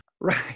Right